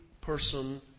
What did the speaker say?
person